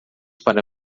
para